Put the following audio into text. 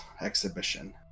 exhibition